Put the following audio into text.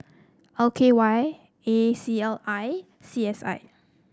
L K Y A C L I C S I